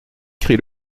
crie